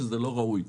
בעיניי זה לא ראוי.